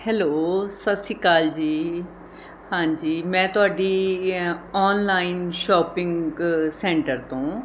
hello ਸਤਿ ਸ਼੍ਰੀ ਅਕਾਲ ਜੀ ਹਾਂਜੀ ਮੈਂ ਤੁਹਾਡੀ ਔਨਲਾਈਨ ਸ਼ੋਪਿੰਗ ਸੈਂਟਰ ਤੋਂ